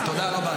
תודה רבה.